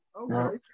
Okay